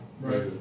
Right